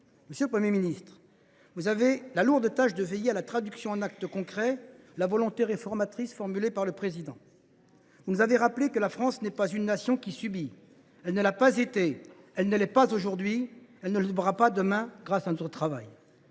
Monsieur le Premier ministre, vous avez la lourde tâche de veiller à la traduction en actes concrets de la volonté réformatrice formulée par le Président de la République. Vous nous avez rappelé que la France n’est pas une nation qui subit. Elle ne l’a pas été ; elle ne l’est pas aujourd’hui ; elle ne le sera pas demain, grâce à notre travail